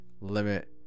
limit